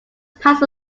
pass